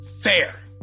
fair